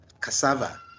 cassava